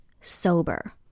sober